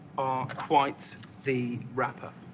are quite the rapper.